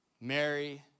Mary